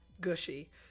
gushy